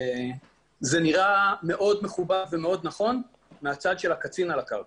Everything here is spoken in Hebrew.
זה נראה מאוד מכובד ומאוד נכון מהצד של הקצין על הקרקע.